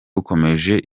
ukomeje